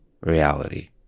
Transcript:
reality